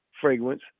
Fragrance